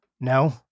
No